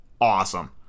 awesome